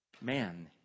Man